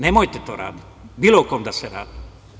Nemojte to raditi o bilo kom da se radi.